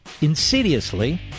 insidiously